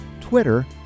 Twitter